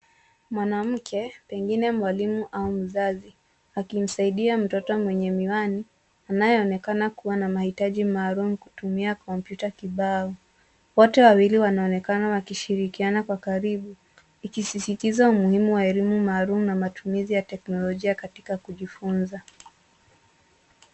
Mwanamke, pengine mwalimu au mzazi, akimsaidia mtoto mwenye miwani anayeonekana kuwa na mahitaji maalum kutumia kompyuta kibao. Wote wawili wanaonekana wakishirikiana kwa karibu. Ni kisisitizo muhimu wa elimu maalum na matumizi ya teknolojia katika kujifunza.